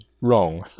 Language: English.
wrong